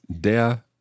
der